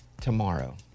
tomorrow